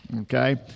okay